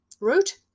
route